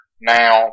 now